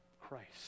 Christ